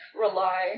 rely